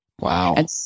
Wow